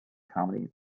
comedy